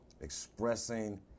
expressing